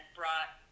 brought